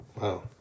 wow